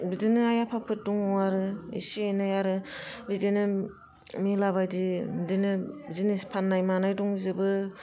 बिदिनो आइ आफाफोर दङ आरो एसे एनै आरो बिदिनो मेलाबायदि बिदिनो जिनिस फाननाय मानाय दंजोबो